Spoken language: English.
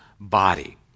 body